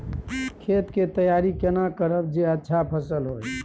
खेत के तैयारी केना करब जे अच्छा फसल होय?